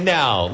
now